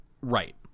Right